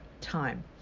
time